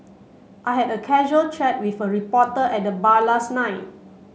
I had a casual chat with a reporter at the bar last night